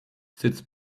sits